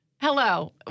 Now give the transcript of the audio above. Hello